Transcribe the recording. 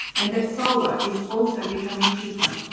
and that solar is also becoming cheaper.